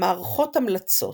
מערכות המלצות,